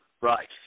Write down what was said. Right